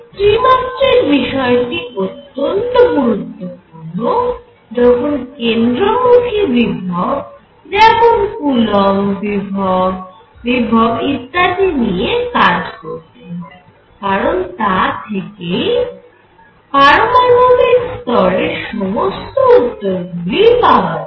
ত্রিমাত্রিক বিষয়টি অত্যন্ত গুরুত্বপূর্ণ যখন কেন্দ্রমুখী বিভব যেমন কুলম্ব বিভব ইত্যাদি নিয়ে কাজ করতে হয় কারণ তা থেকেই পারমানবিক স্তরের সমস্ত উত্তর গুলি পাওয়া যায়